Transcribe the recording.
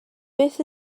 beth